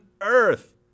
earth